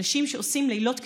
אנשים שעושים לילות כימים,